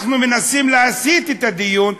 אנחנו מנסים להסיט את הדיון,